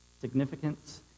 significance